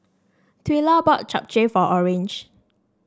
Twila bought Japchae for Orange